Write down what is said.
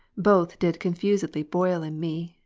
both did confusedly boil in me,